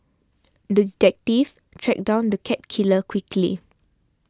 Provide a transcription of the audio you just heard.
the detective tracked down the cat killer quickly